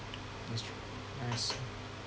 that's true I see